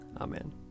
Amen